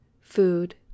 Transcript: food